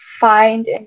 find